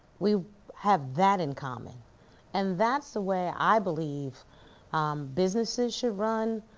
we have that in common and that's the way i believe businesses should run,